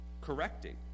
correcting